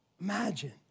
Imagine